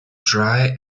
try